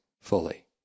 fully